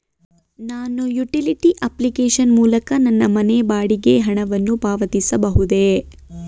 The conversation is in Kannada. ನಾನು ಯುಟಿಲಿಟಿ ಅಪ್ಲಿಕೇಶನ್ ಮೂಲಕ ನನ್ನ ಮನೆ ಬಾಡಿಗೆ ಹಣವನ್ನು ಪಾವತಿಸಬಹುದೇ?